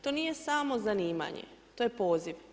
To nije samo zanimanje, to je poziv.